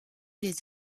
les